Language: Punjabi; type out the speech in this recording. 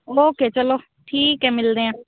ਓਕੇ ਚਲੋ ਠੀਕ ਹੈ ਮਿਲਦੇ ਹਾਂ